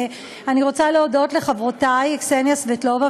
אני רוצה להודות לחברותי קסניה סבטלובה